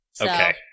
Okay